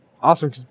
awesome